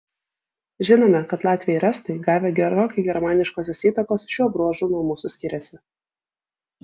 žinome kad latviai ir estai gavę gerokai germaniškosios įtakos šiuo bruožu nuo mūsų skiriasi